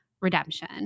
redemption